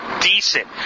decent